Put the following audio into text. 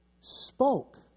spoke